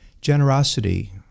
Generosity